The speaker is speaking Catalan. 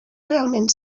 realment